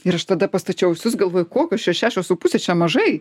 ir aš tada pastačiau ausis galvoju kokios čia šešios su puse čia mažai